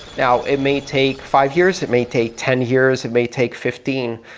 so it may take five years, it may take ten years, it may take fifteen,